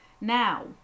Now